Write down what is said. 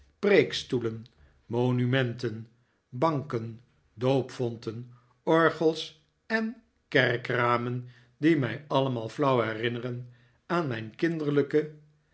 preekstoelen monumenten banken doopvonten orgels en kerkramen die mij allemaal flauw herinneren aan mijn kinderlijke